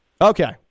Okay